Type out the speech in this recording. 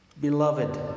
Beloved